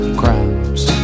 crimes